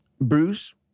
Bruce